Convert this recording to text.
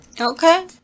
Okay